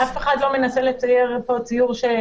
אף אחד לא מנסה לצייר את זה כאידיאלי.